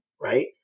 Right